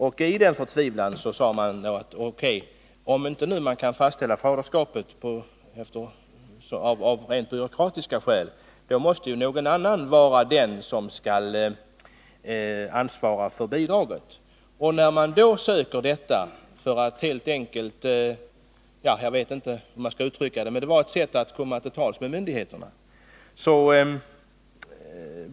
Och i sin förtvivlan sade de: O.K., om man av rent byråkratiska skäl inte kan fastställa faderskapet måste ju någon annan ansvara för bidraget. Deras ansökan om bidrag var alltså ett sätt att komma till tals med myndigheterna.